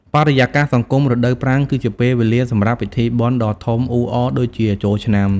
បរិយាកាសសង្គម រដូវប្រាំងគឺជាពេលវេលាសម្រាប់ពិធីបុណ្យដ៏ធំអ៊ូអរដូចជាចូលឆ្នាំ។